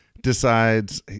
decides